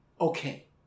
okay